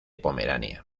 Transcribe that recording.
pomerania